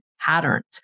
patterns